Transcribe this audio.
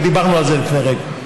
כי דיברנו על זה לפני רגע.